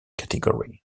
category